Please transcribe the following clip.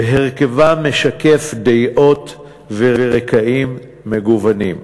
והרכבה משקף דעות ורקעים מגוונים.